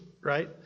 right